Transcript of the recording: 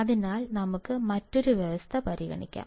അതിനാൽ നമുക്ക് മറ്റൊരു വ്യവസ്ഥ പരിഗണിക്കാം